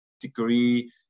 degree